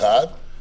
זה אחת.